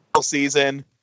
season